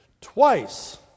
Twice